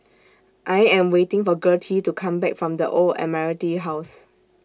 I Am waiting For Gertie to Come Back from The Old Admiralty House